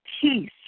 peace